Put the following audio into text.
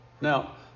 Now